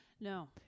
No